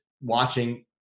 watching